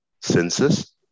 senses